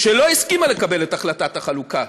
שלא הסכימה לקבל את החלטת החלוקה.